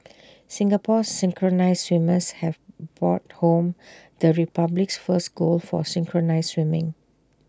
Singapore's synchronised swimmers have brought home the republic's first gold for synchronised swimming